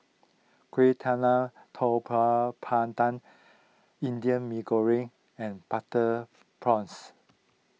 Kueh Talam Tepong Pandan Indian Mee Goreng and Butter Prawns